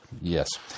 Yes